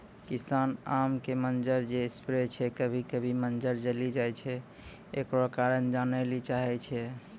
किसान आम के मंजर जे स्प्रे छैय कभी कभी मंजर जली जाय छैय, एकरो कारण जाने ली चाहेय छैय?